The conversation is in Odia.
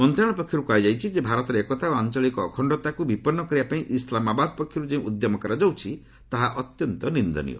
ମନ୍ତ୍ରଣାଳୟ ପକ୍ଷରୁ କୁହାଯାଇଛି ଯେ ଭାରତର ଏକତା ଓ ଆଞ୍ଚଳିକ ଅଖଣ୍ଡତାକୁ ବିପନ୍ନ କରିବା ପାଇଁ ଇସ୍ଲାମାବାଦ ପକ୍ଷରୁ ଯେଉଁ ଉଦ୍ୟମ କରାଯାଉଛି ତାହା ଅତ୍ୟନ୍ତ ନିନ୍ଦନୀୟ